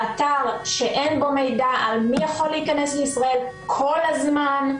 לאתר שאין בו מידע על מי יכול להיכנס לישראל כל הזמן.